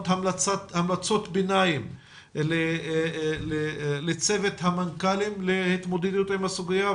המלצות ביניים לצוות המנכ"לים להתמודדות עם הסוגיה,